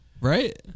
right